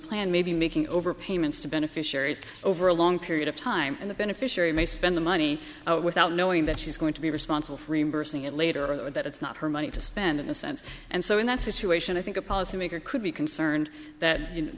plan made making over payments to beneficiaries over a long period of time and the beneficiary may spend the money without knowing that she's going to be responsible for embarrassing it later or that it's not her money to spend in a sense and so in that situation i think a policy maker could be concerned that you